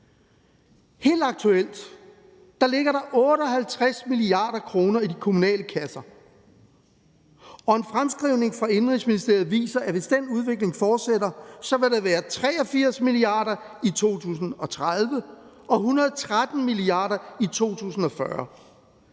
Helt aktuelt ligger der 58 mia. kr. i de kommunale kasser, og en fremskrivning fra Indenrigsministeriet viser, at der, hvis den udvikling fortsætter, så vil være 83 mia. kr. i 2030 og 113 mia. kr. i 2040